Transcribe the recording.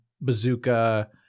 bazooka